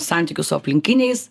santykius su aplinkiniais